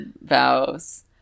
vows